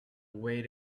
way